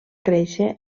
créixer